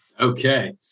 Okay